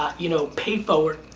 you know, pay forward.